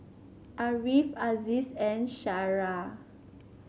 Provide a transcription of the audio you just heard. Ariff Aziz and Syirah